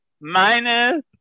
Minus